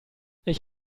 ich